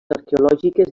arqueològiques